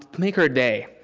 ah make our day.